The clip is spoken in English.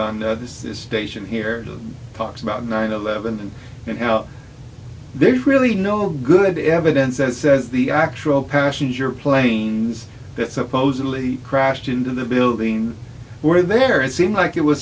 this station here talks about nine eleven and how they really know good evidence that says the actual passenger planes that supposedly crashed into the building were there and seemed like it was